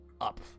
up